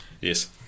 Yes